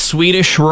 Swedish